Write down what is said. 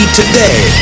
today